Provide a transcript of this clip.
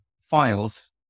files